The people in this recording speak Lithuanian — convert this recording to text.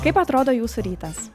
kaip atrodo jūsų rytas